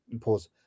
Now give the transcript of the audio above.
pause